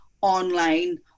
online